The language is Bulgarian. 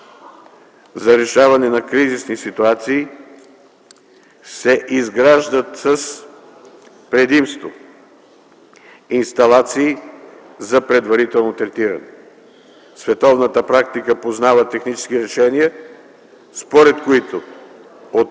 за решаване на кризисни ситуации, се изграждат с предимство инсталации за предварително третиране. Световната практика познава технически решения, според които от